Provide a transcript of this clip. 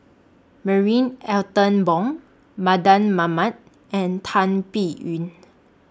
Marie Ethel Bong Mardan Mamat and Tan Biyun